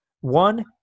One